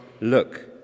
Look